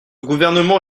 gouvernement